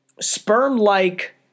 sperm-like